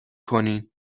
کنین